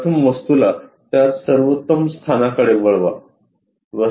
प्रथम वस्तूला त्या सर्वोत्तम स्थानाकडे वळवा